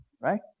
right